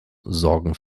sorgen